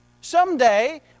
Someday